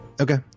okay